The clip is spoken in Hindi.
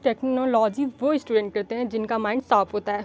टेक्नोलॉजी वो इस्टूडेंट इस्टूडेंट करते हैं जिनका माइन्ड साप होता है